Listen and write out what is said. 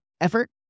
effort